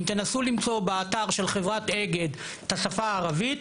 אם תנסו למצוא באתר של חברת אגד את השפה הערבית,